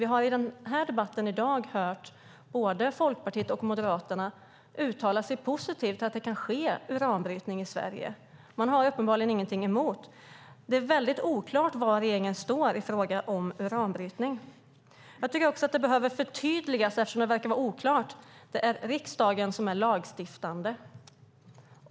Vi har i debatten här i dag hört företrädare för både Folkpartiet och Moderaterna uttala sig positivt om att det kan ske uranbrytning i Sverige. Man har uppenbarligen ingenting emot det. Det är väldigt oklart var regeringen står i fråga om uranbrytning. Det behöver också förtydligas, eftersom det tycks vara oklart, att det är riksdagen som är lagstiftande.